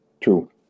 True